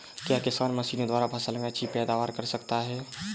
क्या किसान मशीनों द्वारा फसल में अच्छी पैदावार कर सकता है?